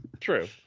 True